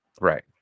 Right